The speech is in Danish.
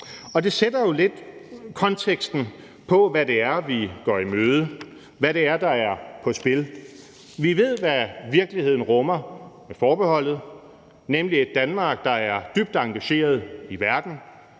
Det sætter jo lidt konteksten for, hvad det er, vi går i møde, hvad det er, der er på spil. Vi ved, hvad virkeligheden rummer med forbeholdet, nemlig et Danmark, der er dybt engageret i verden,